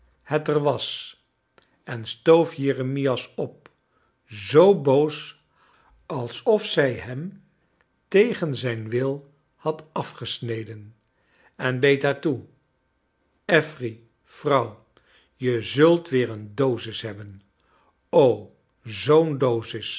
het er was en stoof jeremias op zoo boos alsof zij hem tegen zijn wil had afgesneden en beet haar toe affery vrouw je zult weer een dosis hebben o zoo'n dosis